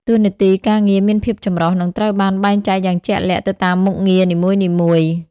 តួនាទីការងារមានភាពចម្រុះ និងត្រូវបានបែងចែកយ៉ាងជាក់លាក់ទៅតាមមុខងារនីមួយៗ។